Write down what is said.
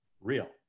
real